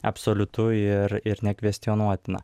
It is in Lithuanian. absoliutu ir ir nekvestionuotina